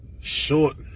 short